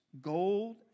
gold